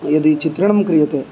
यदि चित्रणं क्रियते